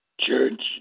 church